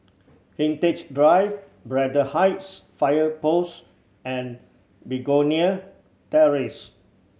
Hindhede Drive Braddell Heights Fire Post and Begonia Terrace